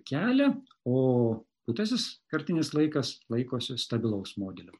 kelia o būtasis kartinis laikas laikosi stabilaus modelių